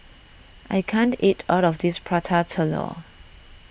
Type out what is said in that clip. I can't eat all of this Prata Telur